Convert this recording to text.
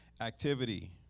activity